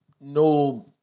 no